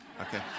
okay